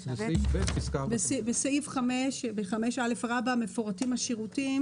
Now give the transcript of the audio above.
בסעיף 5א רבא מפורטים השירותים